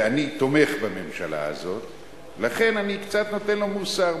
ואני תומך בממשלה הזאת, לכן אני קצת נותן לו מוסר.